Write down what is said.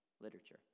literature